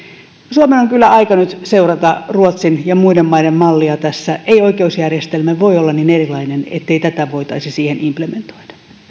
suomen on kyllä aika nyt seurata ruotsin ja muiden maiden mallia tässä ei oikeusjärjestelmämme voi olla niin erilainen ettei tätä voitaisi siihen implementoida